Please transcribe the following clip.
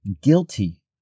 guilty